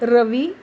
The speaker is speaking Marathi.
रवी